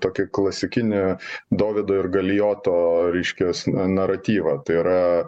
tokį klasikinį dovydo ir galijoto reiškias na naratyvą tai yra